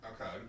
Okay